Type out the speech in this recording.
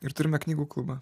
ir turime knygų klubą